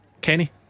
Kenny